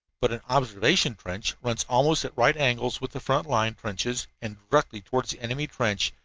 but an observation trench runs almost at right angles with the front-line trenches, and directly toward the enemy trench,